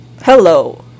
hello